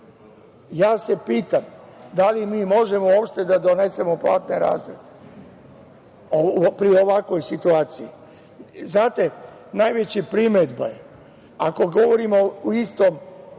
se pitam da li možemo uopšte da donesemo platne razrede pri ovakvoj situaciji? Znate, najveća primedba je, ako govorimo o istom